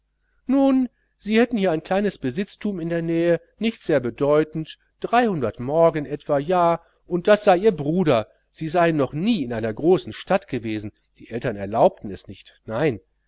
nun sie hätten hier ein kleines besitztum in der nähe nicht sehr bedeutend morgen etwa ja und das sei ihr bruder sie seien noch nie in einer großen stadt gewesen die eltern erlaubten es nicht nein